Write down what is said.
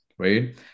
Right